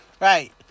Right